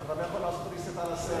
אתה כבר לא יכול לעשות reset על הסרט.